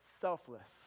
selfless